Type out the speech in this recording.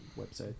website